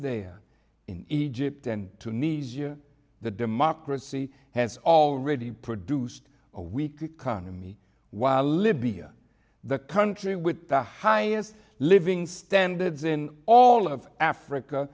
there in egypt and tunisia the democracy has already produced a weak economy while libya the country with the highest living standards in all of africa